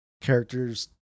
characters